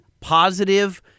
positive